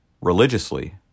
religiously